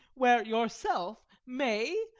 where yourself may,